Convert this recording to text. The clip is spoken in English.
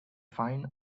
fine